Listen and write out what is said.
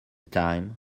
time